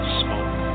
smoke